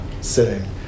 sitting